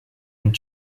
and